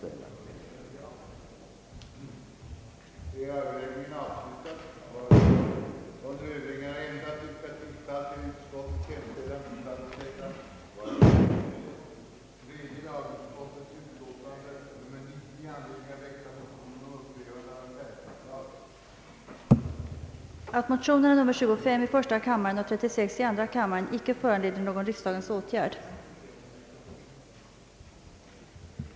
Herr andre vice talmannen yttrade, att han efter samråd med andra kammarens talman finge föreslå, att första kammaren ville besluta att vid sammanträde onsdagen den 13 mars företaga val av valmän och suppleanter för utseende av två riksdagens ombudsmän jämte ställföreträdare.